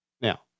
Now